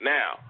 Now